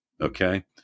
Okay